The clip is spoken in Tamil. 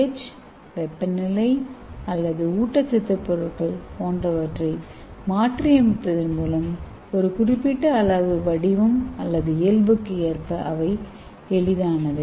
எச் வெப்பநிலை அல்லது ஊட்டச்சத்து பொருட்கள் போன்றவைகளை மாற்றியமைப்பதன் மூலம் ஒரு குறிப்பிட்ட அளவு வடிவம் அல்லது இயல்புக்கு ஏற்ப அவை எளிதானவை